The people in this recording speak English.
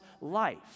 life